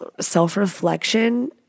self-reflection